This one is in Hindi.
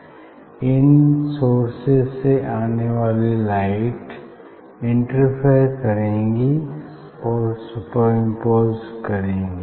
और इन सोर्सेज से आनेवाली लाइट इंटरफेयर करेंगी सुपरइम्पोस करेंगी